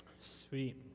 Sweet